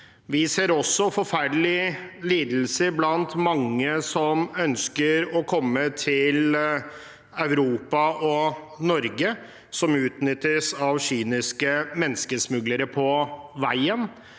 Vi ser også forferdelige lidelser blant mange som ønsker å komme til Europa og Norge, som utnyttes av kyniske menneskesmuglere på veien.